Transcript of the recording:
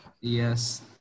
Yes